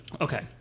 okay